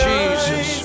Jesus